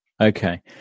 Okay